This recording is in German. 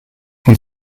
und